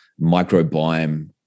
microbiome